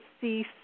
see